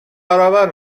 برابر